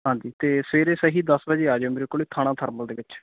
ਹਾਂਜੀ ਅਤੇ ਸਵੇਰੇ ਸਹੀ ਦਸ ਵਜੇ ਆ ਜਾਇਓ ਮੇਰੇ ਕੋਲ ਥਾਣਾ ਥਰਮਲ ਦੇ ਵਿੱਚ